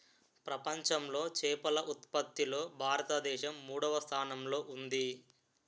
ప్రపంచంలో చేపల ఉత్పత్తిలో భారతదేశం మూడవ స్థానంలో ఉంది